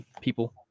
people